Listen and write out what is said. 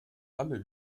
alle